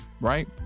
right